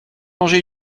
manger